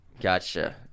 Gotcha